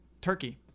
Turkey